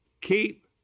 keep